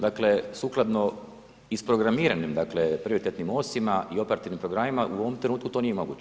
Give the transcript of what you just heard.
Dakle, sukladno isprogramiranim, dakle, prioritetnim osima i operativnim programima u ovom trenutku to nije moguće.